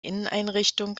inneneinrichtung